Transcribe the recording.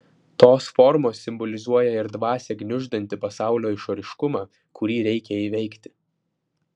tos formos simbolizuoja ir dvasią gniuždantį pasaulio išoriškumą kurį reikia įveikti